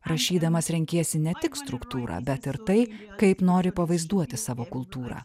rašydamas renkiesi ne tik struktūrą bet ir tai kaip nori pavaizduoti savo kultūrą